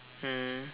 mm